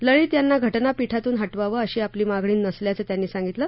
लळित या घटनापीठातून हटवावं अशी आपली मागणी नसल्याचं त्यांनी सांगितलं